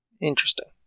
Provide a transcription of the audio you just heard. Interesting